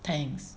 Tangs